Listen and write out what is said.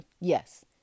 Yes